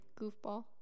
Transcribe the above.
Goofball